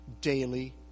Daily